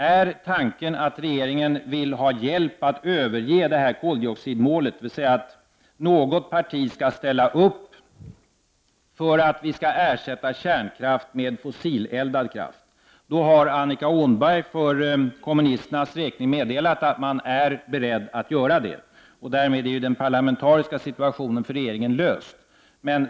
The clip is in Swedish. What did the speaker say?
Är tanken att regeringen skall få hjälp att överge koldioxidmålet, dvs. att något parti skall ställa upp så att vi kan ersätta kärnkraft med fossil kraft? I så fall har Annika Åhnberg för kommunisternas räkning meddelat att de är beredda att göra så. Därmed är den parlamentariska situationen för regeringen löst.